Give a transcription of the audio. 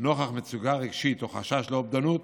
נוכח מצוקה רגשית או חשש לאובדנות,